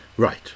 Right